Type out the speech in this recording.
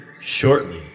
shortly